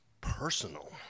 personal